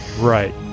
Right